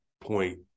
point